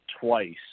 twice